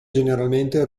generalmente